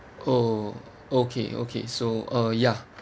oh okay okay so uh ya